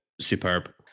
superb